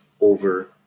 over